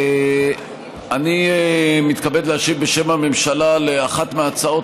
אני מתכבד להשיב בשם הממשלה על אחת מהצעות